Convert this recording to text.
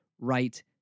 right